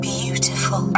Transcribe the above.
beautiful